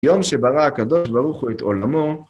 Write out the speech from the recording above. יום שברא הקדוש ברוך הוא את עולמו.